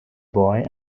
boy